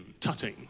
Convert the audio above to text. tutting